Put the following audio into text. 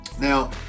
Now